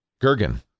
Gergen